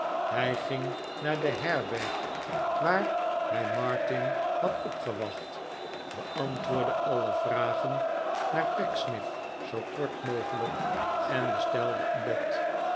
hij ging naar de herberg waar hij martin had opgewacht beantwoordde alle vragen naar pecksniff zoo kort mogelijk en bestelde een bed